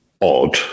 odd